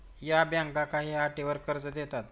या बँका काही अटींवर कर्ज देतात